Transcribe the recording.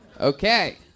Okay